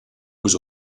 was